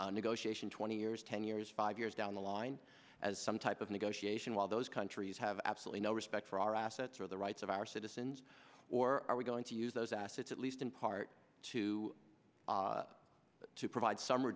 future negotiation twenty years ten years five years down the line as some type of negotiation while those countries have absolutely no respect for our assets or the rights of our citizens or are we going to use those assets at least in part to to provide s